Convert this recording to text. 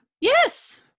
Yes